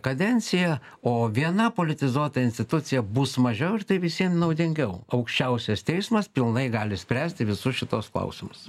kadenciją o viena politizuota institucija bus mažiau ir tai visiem naudingiau aukščiausias teismas pilnai gali spręsti visus šituos klausimus